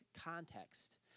context